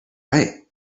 right